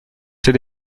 did